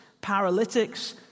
paralytics